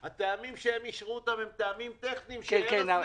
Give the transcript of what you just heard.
הטעמים שהם אישרו הם טעמים טכניים שארז מביא.